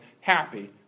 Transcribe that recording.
happy